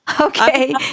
Okay